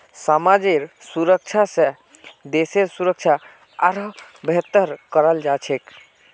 समाजेर सुरक्षा स देशेर सुरक्षा आरोह बेहतर कराल जा छेक